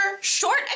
short